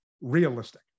realistic